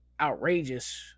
outrageous